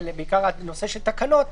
בעיקר בנושא של תקלות,